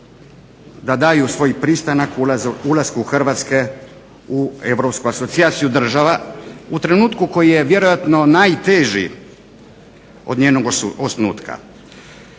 da daju svoj pristanak ulasku Hrvatske u europsku asocijaciju država u trenutku koji je vjerojatno najteži od njenog osnutka.